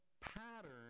pattern